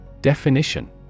Definition